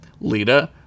Lita